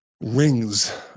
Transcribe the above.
rings